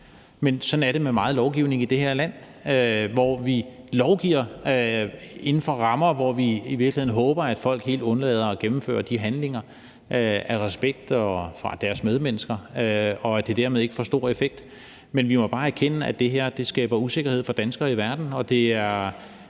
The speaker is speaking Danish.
men sådan er det med meget lovgivning i det her land; vi lovgiver inden for rammer, og vi håber i virkeligheden, at folk helt undlader at gennemføre de handlinger af respekt for deres medmennesker, og at det dermed ikke får stor effekt. Men vi må bare erkende, at det her skaber usikkerhed for danskere i verden, og at det